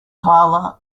tyler